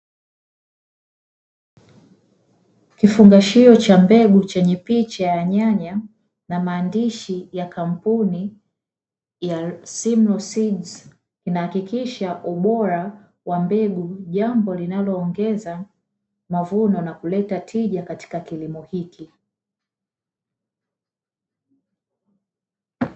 Kifungashio cha mbegu chenye picha ya nyanya na maandishi ya kampuni ya Simlaw seeds, inahikikisha ubora wa mbegu. Jambo linaloongeza mavuno na kuleta tija katika kilimo hiki.